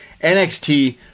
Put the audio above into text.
NXT